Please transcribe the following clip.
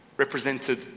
represented